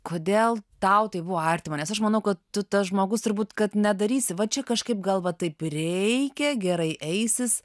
kodėl tau tai buvo artima nes aš manau kad tu tas žmogus turbūt kad nedarysi va čia kažkaip gal va taip reikia gerai eisis